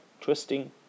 twisting